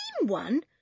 one